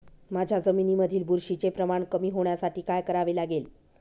माझ्या जमिनीमधील बुरशीचे प्रमाण कमी होण्यासाठी काय करावे लागेल?